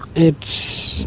it's